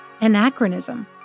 anachronism